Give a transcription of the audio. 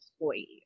employee